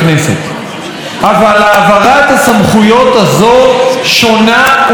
אבל העברת הסמכויות הזו שונה ומיוחדת.